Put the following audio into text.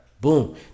Boom